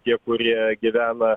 tie kurie gyvena